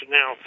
now